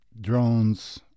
Drones